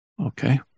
Okay